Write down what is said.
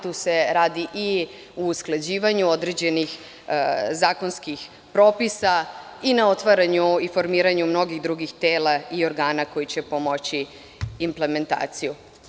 Tu se radi i o usklađivanju određenih zakonskih propisa i na otvaranju i formiranju mnogih drugih tela i organa koji će pomoći implementaciju.